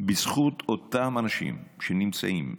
בזכות אותם אנשים שנמצאים בשטח,